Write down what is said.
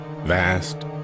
vast